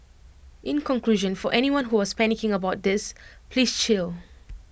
in conclusion for anyone who was panicking about this please chill